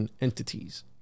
entities